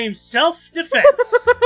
self-defense